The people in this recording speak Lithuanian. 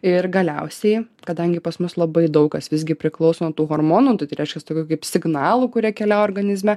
ir galiausiai kadangi pas mus labai daug kas visgi priklauso nuo tų hormonų tai reiškias tokių kaip signalų kurie keliavo organizme